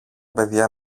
παιδιά